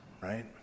right